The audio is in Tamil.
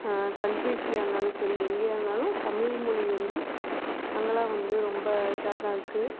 கண்ட்ரீஸ்லேயா இருந்தாலும் சரி எங்கேயா இருந்தாலும் தமிழ்மொழி வந்து அங்கேலாம் வந்து ரொம்ப இதாக தான் இருக்குது